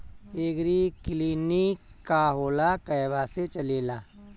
एगरी clinic का होला कहवा से चलेँला?